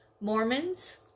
Mormons